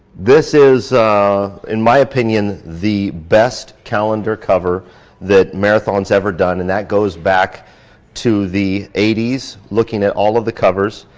this is in my opinion, the best calendar cover that marathon has ever done and that goes back to the eighties looking at all of the covers.